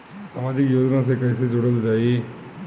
समाजिक योजना से कैसे जुड़ल जाइ?